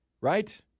Right